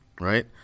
Right